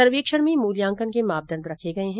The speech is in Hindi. सर्वेक्षण में मुल्याकंन के मापदंड रखे गये है